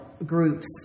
groups